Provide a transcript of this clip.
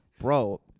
bro